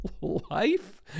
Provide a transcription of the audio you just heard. life